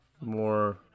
more